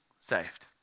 saved